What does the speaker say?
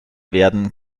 werden